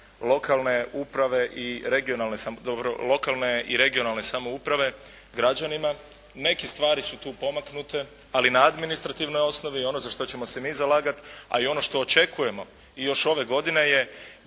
lokalne i regionalne samouprave građanima. Neke stvari su tu pomaknute, ali na administrativnoj osnovi i ono za što ćemo se mi zalagati, a i ono što očekujemo i još ove godine je